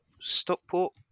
Stockport